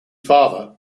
father